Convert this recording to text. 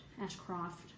Ashcroft